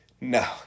No